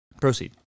Proceed